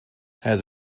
het